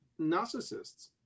narcissists